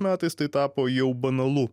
metais tai tapo jau banalu